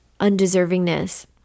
undeservingness